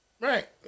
Right